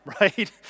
right